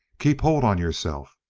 keep hold on yourself!